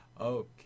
Okay